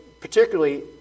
particularly